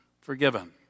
forgiven